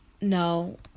No